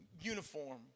uniform